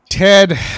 Ted